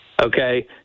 okay